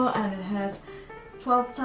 and it has twelve,